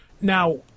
now